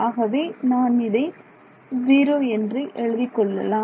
ஆகவே நான் இதை ஜீரோ என்று எழுதிக் கொள்ளலாம்